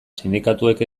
sindikatuek